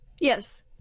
Yes